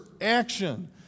action